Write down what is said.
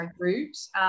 groups